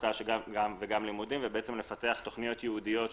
תעסוקה ולימודים ופיתוח תכניות ייעודיות,